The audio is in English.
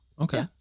okay